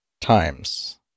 times